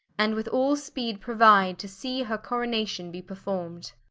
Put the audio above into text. and with all speede prouide to see her coronation be perform'd.